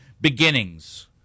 Beginnings